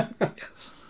Yes